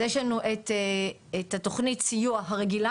אז יש לנו את תוכנית הסיוע הרגילה,